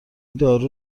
دارو